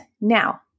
now